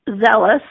zealous